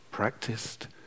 Practiced